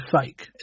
fake